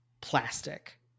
plastic